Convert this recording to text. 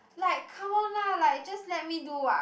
like cover lah like just let me do ah